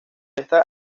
esta